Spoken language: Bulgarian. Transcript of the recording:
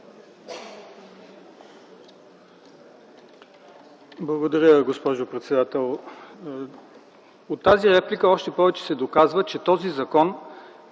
Благодаря, госпожо председател. От тази реплика още повече се доказва, че този закон